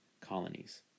colonies